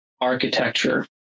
architecture